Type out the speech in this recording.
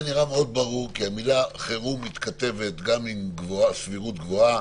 נראה ברור מאוד כי המילה חירום מתכתבת גם עם סבירות גבוהה,